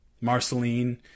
Marceline